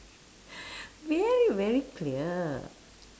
very very clear